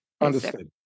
Understood